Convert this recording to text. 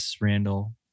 Randall